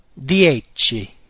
dieci